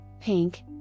pink